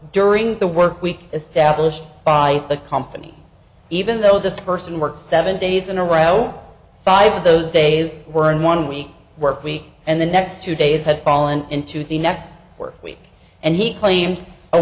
during the work week established by the company even though this person works seven days in a row five of those days were in one week work week and the next two days had fallen into the next work week and he claim